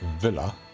villa